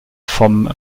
vom